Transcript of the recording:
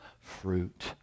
fruit